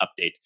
update